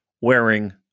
wearing